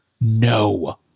No